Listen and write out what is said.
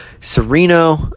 Sereno